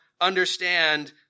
understand